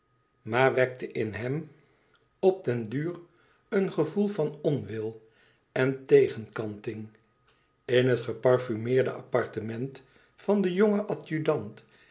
maar wekte in hem op den duur een gevoel van onwil en tegenkanting in het geparfumeerde appartement van den jongen